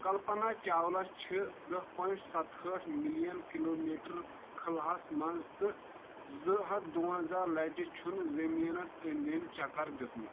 کلپنہ چاولہ چھ دہ پوینٹ ستہٕ ہٲٹھ ملین کلوٗ میٖٹر خلہٕ ہس منٛز تہِ زٕ ہتھ دونزا لٹہٕ چھُنہٕ زمیٖنس أندۍ أندۍ چکر دیُتمُٹ